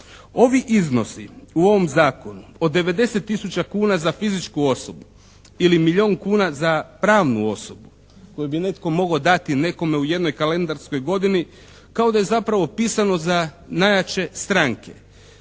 Ovi iznosu u ovom Zakonu od 90 tisuća kuna za fizičku osobu ili milijun kuna za pravnu osobu koju bi netko mogao dati nekome u jednoj kalendarskoj godini, kao da je zapravo pisano za najjače stranke.